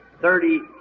Thirty